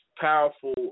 powerful